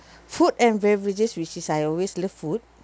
food and beverages which is I always love food